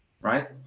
right